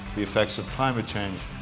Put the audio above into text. the effects of climate change,